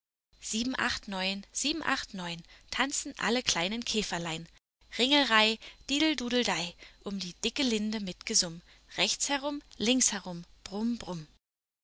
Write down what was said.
sieben acht neun sieben acht neun tanzen alle kleinen käferlein ringelreih dideldudeldei um die dicke linde mit gesumm rechts herum links herum brumm brumm